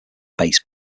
base